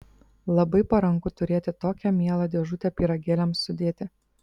labai paranku turėti tokią mielą dėžutę pyragėliams sudėti